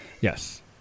Yes